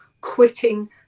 quitting